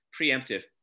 preemptive